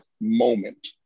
moment